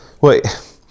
Wait